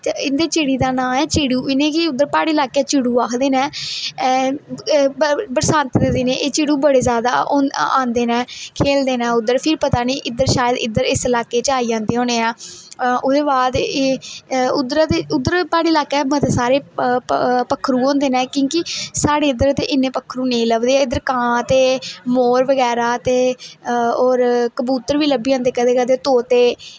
इंदी चिडियें दा नां ऐ चिड़ू इनेंगी उद्धर प्हाड़ी ल्हाके च चिड़ू आक्खदे ना एह् बरसाते दे दिनें एह् चिडू बडे़ ज्यादा आंदे ना खेलदे ना उद्धर फिर पता नेईं इद्धर शायद इस इलाके आई जंदे होने पता नेईं ओहदे बाद उद्धर प्हाड़ी इलाके सारे पक्खरु होंदे ना क्योंकि साढ़े इद्धर ते इन्ने पक्खरु नेईं लभदे इदर कां ते मोर बगैरा ते और कबूतर बी लब्भी जंदे कदें कदें तोते